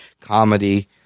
comedy